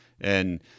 and-